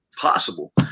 possible